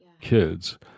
kids